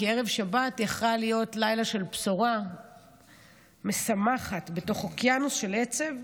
כי ערב שבת היה יכול להיות לילה של בשורה משמחת בתוך אוקיינוס של עצב.